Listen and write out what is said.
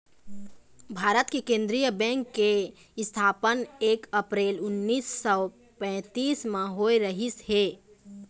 भारत के केंद्रीय बेंक के इस्थापना एक अपरेल उन्नीस सौ पैतीस म होए रहिस हे